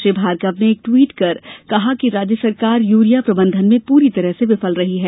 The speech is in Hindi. श्री भार्गव ने एक ट्वीट कर कहा कि राज्य सरकार यूरिया प्रबंधन में पूरी तरह से विफल रही है